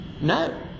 No